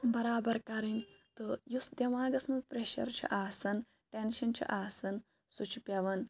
بَرابَر کَرٕنۍ تہٕ یُس دیٚماغَس مَنٛز پریٚشَر چھُ آسَان ٹینشَن چھُ آسَان سُہ چھُ پیٚوَان